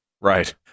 Right